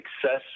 success